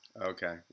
Okay